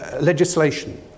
legislation